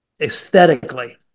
aesthetically